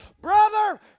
Brother